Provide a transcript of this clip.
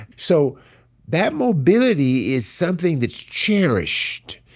so that mobility is something that's cherished.